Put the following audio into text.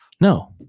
No